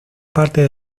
parte